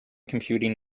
computing